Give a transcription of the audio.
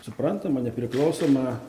suprantamą nepriklausomą